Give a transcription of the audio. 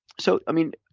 so i mean,